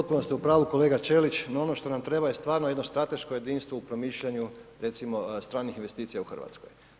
Potpuno ste u pravu kolega Ćelić, no ono što nam treba je stvarno jedno strateško jedinstvo u promišljanju recimo stranih investicija u Hrvatskoj.